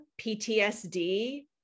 PTSD